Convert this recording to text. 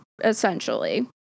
essentially